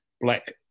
black